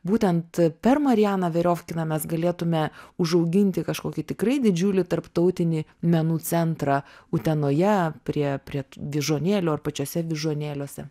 būtent per marianą veriofkiną mes galėtume užauginti kažkokį tikrai didžiulį tarptautinį menų centrą utenoje prie prie vyžuonėlių ar pačiouse vyžuonėliuose